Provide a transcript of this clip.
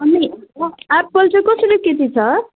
अनि एप्पल चाहिँ कसरी केजी छ